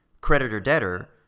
creditor-debtor